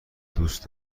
دوست